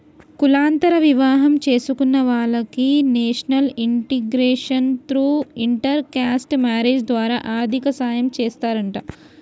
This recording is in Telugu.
కులాంతర వివాహం చేసుకున్న వాలకి national integration through inter caste marriage ద్వారా ఆర్థిక సాయం చేస్తారంట